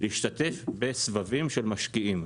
בסבבים של משקיעים.